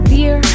Dear